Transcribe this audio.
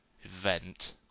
event